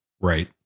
Right